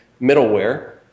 middleware